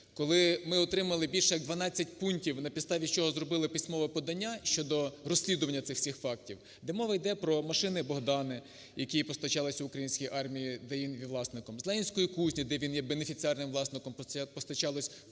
Коли ми отримали більше як 12 пунктів, на підставі чого зробили письмове подання щодо розслідування цих всіх фактів. Де мова йде про машини "Богдани", які постачались українській армії, де він є її власником. З "Ленінської кузні", де він є бенефіціарним власником, постачалось в три,